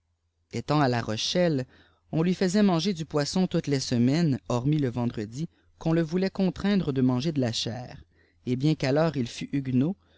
étant à la rochelle on lui faisait saanger du paksoq toutes les semaines hern s le vendredi qu'on le voulait contraindre de manger de la chair et bien qu'alors il fût huenot